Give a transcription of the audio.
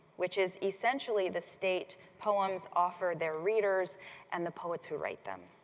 which is essentially the state poems offer their readers and the poets who write them.